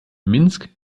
minsk